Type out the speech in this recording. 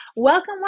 Welcome